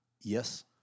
Yes